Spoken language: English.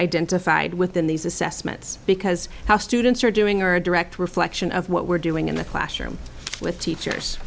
identified within these assessments because how students are doing are a direct reflection of what we're doing in the classroom with teachers